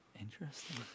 Interesting